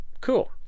cool